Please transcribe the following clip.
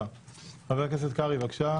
חבר הכנסת קרעי, בבקשה.